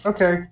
Okay